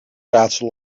raadsel